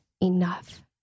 enough